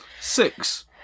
Six